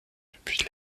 depuis